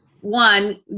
one